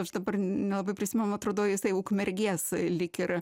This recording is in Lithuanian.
aš dabar nelabai prisimenu atrodo jisai ukmergės lyg ir